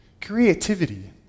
Creativity